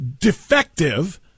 defective